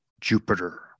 Jupiter